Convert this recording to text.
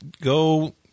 go